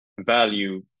value